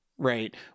Right